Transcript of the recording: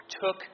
took